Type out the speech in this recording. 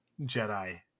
jedi